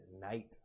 night